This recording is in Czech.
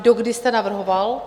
Dokdy jste navrhoval?